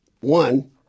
one